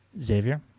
Xavier